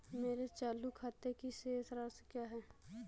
मेरे चालू खाते की शेष राशि क्या है?